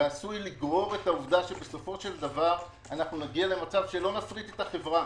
ועשוי לגרור את העובדים שבסופו של דבר נגיע למצב שלא נפריט את החברה.